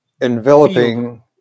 enveloping